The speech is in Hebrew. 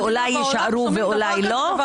ואולי יישארו ואולי לא -- באיזה עוד